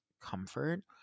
comfort